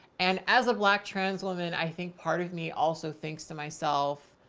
and as a black trans woman, i think part of me also thinks to myself,